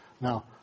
Now